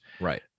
Right